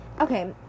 okay